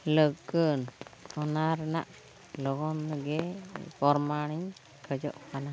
ᱞᱟᱹᱠᱟᱹᱱ ᱚᱱᱟ ᱨᱮᱱᱟᱜ ᱞᱚᱜᱚᱱ ᱜᱮ ᱯᱚᱨᱢᱟᱱᱤᱧ ᱠᱷᱚᱡᱚᱜ ᱠᱟᱱᱟ